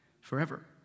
forever